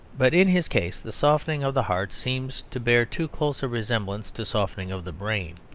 but in his case the softening of the heart seems to bear too close a resemblance to softening of the brain.